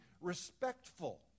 respectful